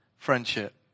friendship